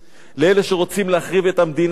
לאלה שרוצים להחריב את המדינה,